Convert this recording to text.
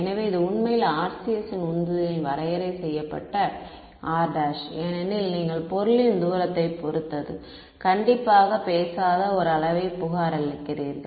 எனவே இது உண்மையில் RCS ன் உந்துதலில் வரையறை செய்யப்பட்ட R2 ஏனெனில் நீங்கள் பொருளின் தூரத்தைப் பொறுத்தது கண்டிப்பாக பேசாத ஒரு அளவைப் புகாரளிக்கிறீர்கள்